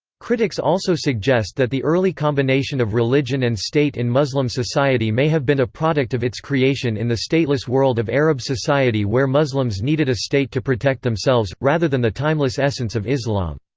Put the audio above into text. critics also suggest that the early combination of religion and state in muslim society may have been a product of its creation in the stateless world of arab society where muslims needed a state to protect themselves, rather than the timeless essence of islam.